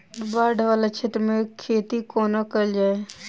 बाढ़ वला क्षेत्र मे खेती कोना कैल जाय?